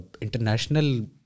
international